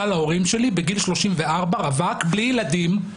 להורים שלי בגיל 34 רווק בלי ילדים.